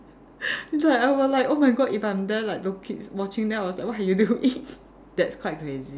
it's like I will like oh my god if I'm there like looking watching them I was like what are you doing that's quite crazy